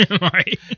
Right